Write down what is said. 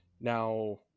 Now